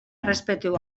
errespetu